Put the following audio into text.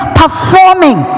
performing